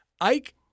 Ike